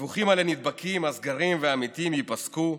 הדיווחים על הנדבקים, הסגרים והמתים ייפסקו,